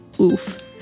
oof